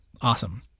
awesome